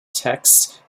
texts